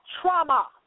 trauma